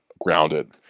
grounded